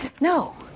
No